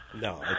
No